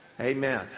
Amen